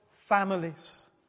families